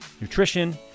nutrition